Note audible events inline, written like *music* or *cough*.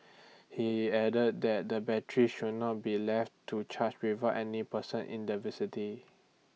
*noise* he added that the batteries should not be left to charge without any person in the *unintelligible*